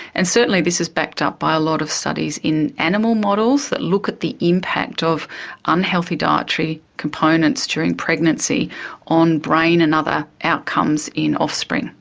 and certainly this is backed up by a lot of studies in animal models that look at the impact of unhealthy dietary components during pregnancy on brain and other outcomes in offspring.